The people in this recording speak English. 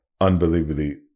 unbelievably